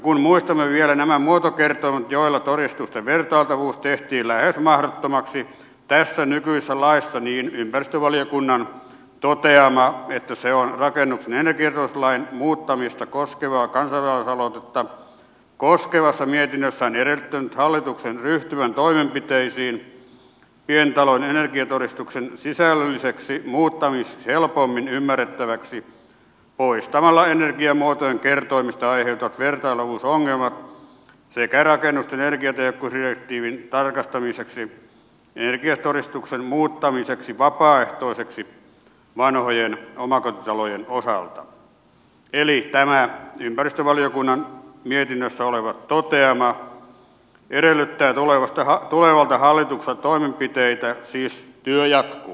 kun muistamme vielä nämä muotokertoimet joilla todistusten vertailtavuus tehtiin lähes mahdottomaksi tässä nykyisessä laissa niin ympäristövaliokunnan mietinnössä oleva toteama että se on rakennuksen energiatodistuslain muuttamista koskevaa kansalaisaloitetta koskevassa mietinnössään edellyttänyt hallituksen ryhtyvän toimenpiteisiin pientalojen energiatodistuksen sisällölliseksi muuttamiseksi helpommin ymmärrettäväksi poistamalla energiamuotojen kertoimista aiheutuvat vertailtavuusongelmat sekä rakennusten energia ja koti ja kirjoittaa energiatehokkuusdirektiivin tarkistamiseksi energiatodistuksen muuttamiseksi vapaaehtoiseksi vanhojen omakotitalojen osalta edellyttää tulevalta hallitukselta toimenpiteitä siis työ jatkuu